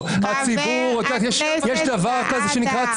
אני זוכר שבאותם מקומות ששכנענו,